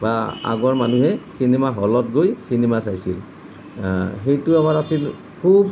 বা আগৰ মানুহে চিনেমা হলত গৈ চিনেমা চাইছিল সেইটো আমাৰ আছিল খুব